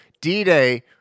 D-Day